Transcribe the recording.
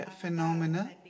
phenomena